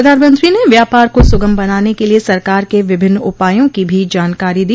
प्रधानमंत्री ने व्यापार को सुगम बनाने के लिए सरकार के विभिन्न उपायों की भी जानकारी दी